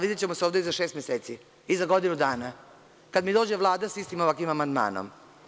Videćemo se ovde i za šest meseci, i za godinu dana, kada nam dođe Vlada sa istim ovakvim amandmanom.